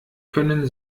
können